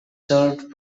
served